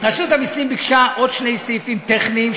רשות המסים ביקשה עוד שני סעיפים טכניים,